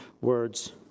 words